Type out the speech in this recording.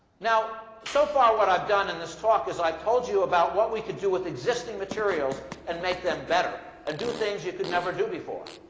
now, so far what i've done in this talk is i've told you about what we could do with existing materials and make them better and do things you could never do before.